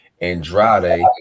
Andrade